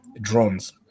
drones